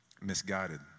misguided